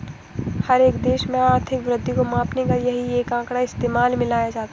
हर एक देश में आर्थिक वृद्धि को मापने का यही एक आंकड़ा इस्तेमाल में लाया जाता है